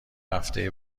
هفته